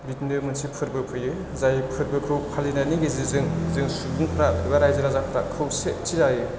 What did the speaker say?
बिदिनो मोनसे फोर्बो फैयो जाय फोरबोखौ फालिनायनि गेजेरजों जों सुबुंफ्रा एबा रायजो राजाफ्रा खौसेथि जायो